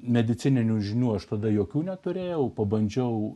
medicininių žinių aš tada jokių neturėjau pabandžiau